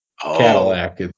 Cadillac